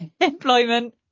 employment